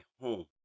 home